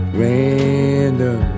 random